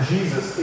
Jesus